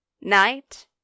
night